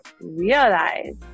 realize